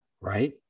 right